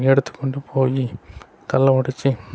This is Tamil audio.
எடுத்துக்கொண்டு போய் கல்லை ஒடைச்சி